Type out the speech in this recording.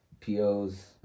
po's